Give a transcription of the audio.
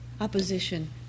opposition